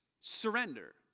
Surrender